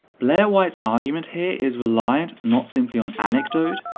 blaire white's argument here is reliant not simply on anecdote,